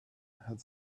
had